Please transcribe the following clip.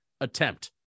attempt